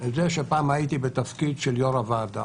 שפעם הייתי בתפקיד של יושב-ראש הוועדה.